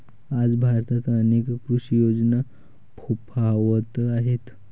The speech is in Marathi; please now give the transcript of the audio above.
आज भारतात अनेक कृषी योजना फोफावत आहेत